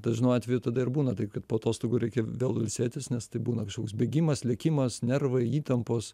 dažnu atveju tada ir būna taip kad po atostogų reikia vėl ilsėtis nes tai būna kažkoks bėgimas lėkimas nervai įtampos